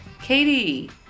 Katie